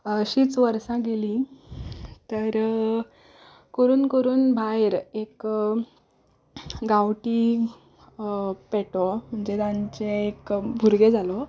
अशींच वर्सां गेलीं तर करून करून भायर एक गांवटी पेटो म्हणल्यार जाचो एक भुरगो जालो